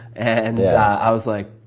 and i was like,